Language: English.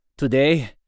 Today